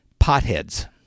Potheads